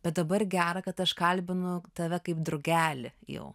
bet dabar gera kad aš kalbinu tave kaip drugelį jau